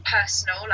personal